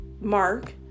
Mark